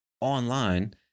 online